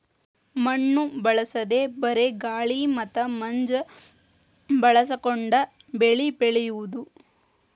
ಮಣ್ಣು ಬಳಸದೇ ಬರೇ ಗಾಳಿ ಮತ್ತ ಮಂಜ ಬಳಸಕೊಂಡ ಬೆಳಿ ಬೆಳಿಯುದು